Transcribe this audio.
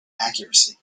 accuracy